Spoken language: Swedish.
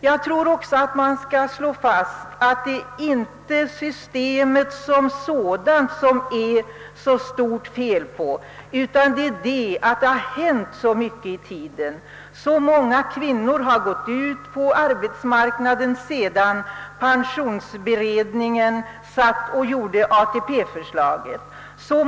Jag skulle också vilja slå fast att det inte är något större fel på systemet såsom sådant, utan anledningen till att en ändring behövs på denna punkt är att det händer så mycket i samhället — bl.a. har många kvinnor gått ut på arbetsmarknaden — sedan pensionsberedningen utarbetade ATP-förslaget.